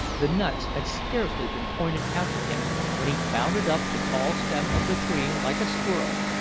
the nuts had scarcely been pointed out to him when he bounded up the tall stem of the tree like a squirrel,